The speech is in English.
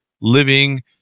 Living